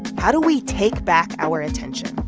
but how do we take back our attention?